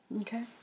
okay